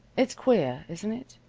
it's queer, isn't it,